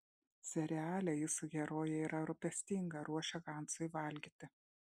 seriale jūsų herojė yra rūpestinga ruošia hansui valgyti